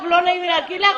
לא נעים לי להגיד לך,